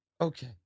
Okay